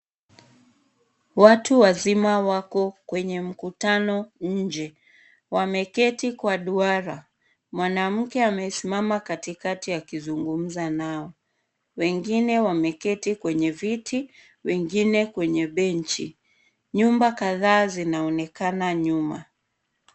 Watu wazima wako kwenye mkutano nje, wameketi kwa duara . Mwanamke amesimama katikati akizungumza nao wengine wameketi kwenye viti wengine kwenye benchi. Nyumba kadhaa zinaonekana nyuma.